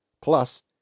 Plus